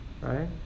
Right